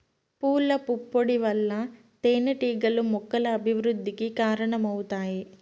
పూల పుప్పొడి వల్ల తేనెటీగలు మొక్కల అభివృద్ధికి కారణమవుతాయి